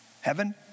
Heaven